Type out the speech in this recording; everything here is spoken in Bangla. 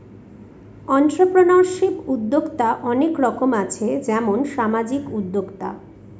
এন্ট্রিপ্রেনিউরশিপ উদ্যক্তা অনেক রকম আছে যেমন সামাজিক উদ্যোক্তা